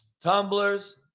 tumblers